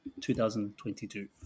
2022